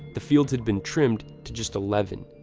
the field had been trimmed to just eleven